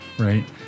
Right